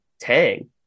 Tang